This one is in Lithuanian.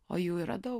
o jų yra daug